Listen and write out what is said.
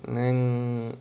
neng